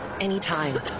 anytime